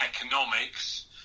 economics